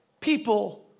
people